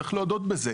צריך להודות בזה.